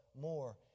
more